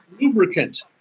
lubricant